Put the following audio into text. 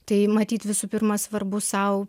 tai matyt visų pirma svarbu sau